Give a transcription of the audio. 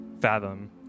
fathom